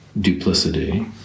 duplicity